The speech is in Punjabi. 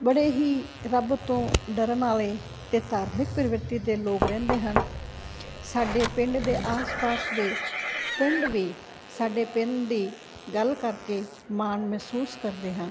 ਬੜੇ ਹੀ ਰੱਬ ਤੋਂ ਡਰਨ ਵਾਲੇ ਅਤੇ ਧਾਰਮਿਕ ਪ੍ਰਵਿਰਤੀ ਦੇ ਲੋਕ ਰਹਿੰਦੇ ਹਨ ਸਾਡੇ ਪਿੰਡ ਦੇ ਆਸ ਪਾਸ ਦੇ ਪਿੰਡ ਵੀ ਸਾਡੇ ਪਿੰਡ ਦੀ ਗੱਲ ਕਰਕੇ ਮਾਣ ਮਹਿਸੂਸ ਕਰਦੇ ਹਨ